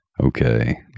Okay